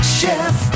chef